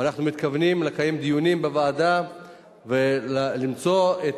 ואנחנו מתכוונים לקיים דיונים בוועדה ולמצוא את